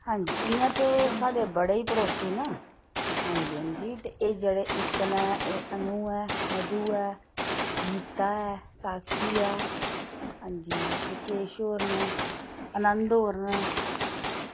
हां जी इ'यां ते साढ़े बड़े पड़ोसी न हां जी हां जी ते एह् जेह्ड़े इक न एह् अनु ऐ मधु ऐ गीत्ता ऐ साक्षी ऐ हां जी रकेश होर न आनंद होर न